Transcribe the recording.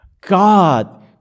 God